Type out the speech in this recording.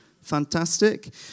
Fantastic